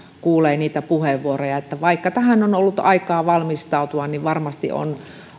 kuulee niitä puheenvuoroja että vaikka tähän on on ollut aikaa valmistautua niin varmasti on